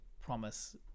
promise